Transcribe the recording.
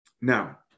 Now